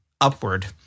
upward